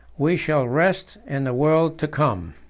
we shall rest in the world to come.